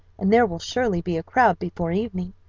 and there will surely be a crowd before evening.